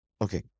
Okay